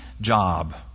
job